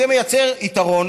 זה מייצר יתרון